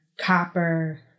copper